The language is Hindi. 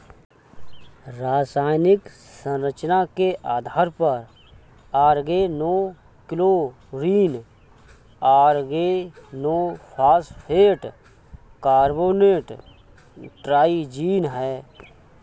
रासायनिक संरचना के आधार पर ऑर्गेनोक्लोरीन ऑर्गेनोफॉस्फेट कार्बोनेट ट्राइजीन है